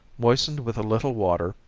moistened with a little water,